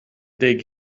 dig